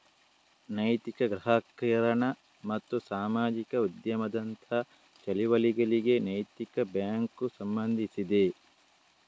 ನೈತಿಕ ಗ್ರಾಹಕೀಕರಣ ಮತ್ತು ಸಾಮಾಜಿಕ ಉದ್ಯಮದಂತಹ ಚಳುವಳಿಗಳಿಗೆ ನೈತಿಕ ಬ್ಯಾಂಕು ಸಂಬಂಧಿಸಿದೆ